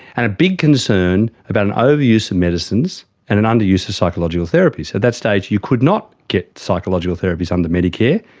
and a big concern about an overuse of medicines and an underuse of psychological therapy. so at that stage you could not get psychological therapies under medicare.